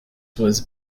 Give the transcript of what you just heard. was